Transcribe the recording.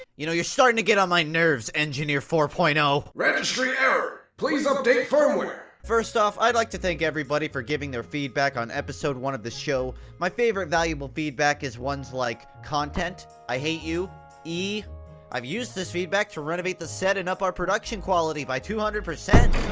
you know you're starting to get on my nerves, engineer four point zero registry error, please update firmware first off, i'd like to thank everybody for giving their feedback on episode one of this show my favorite valuable feedback is ones like content i hate you e i've used this feedback to renovate the set and up our production quality by two hundred percent